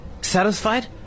Satisfied